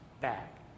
back